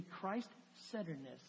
Christ-centeredness